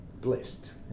blessed